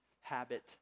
habit